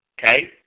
Okay